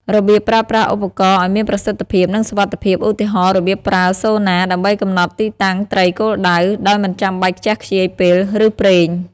របៀបប្រើប្រាស់ឧបករណ៍ឱ្យមានប្រសិទ្ធភាព និងសុវត្ថិភាព ឧទាហរណ៍ របៀបប្រើ Sonar ដើម្បីកំណត់ទីតាំងត្រីគោលដៅ ដោយមិនចាំបាច់ខ្ជះខ្ជាយពេល ឬប្រេង។